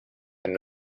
and